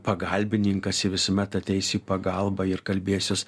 pagalbininkas visuomet ateisiu į pagalbą ir kalbėsiuos